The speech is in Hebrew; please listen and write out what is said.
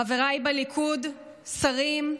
חבריי בליכוד, שרים,